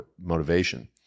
motivation